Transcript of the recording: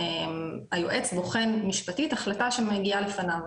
היועץ בוחן משפטית החלטה שמגיעה לפניו.